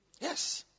Yes